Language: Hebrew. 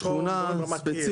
על שכונה ספציפית.